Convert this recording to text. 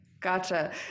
Gotcha